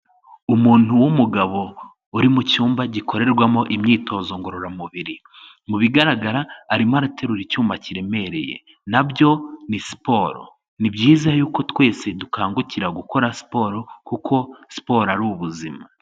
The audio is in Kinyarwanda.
Umuntu w'umugabo uri mu cyumba gikorerwamo imyitozo ngororamubiri, mu bigaragara arimo araterura icyuma kiremereye na byo ni siporo, ni byiza yuko twese dukangukira gukora siporo kuko siporo ari ubuzima.